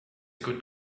good